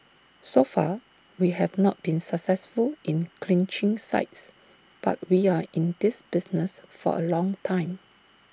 so far we have not been successful in clinching sites but we are in this business for A long time